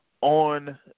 on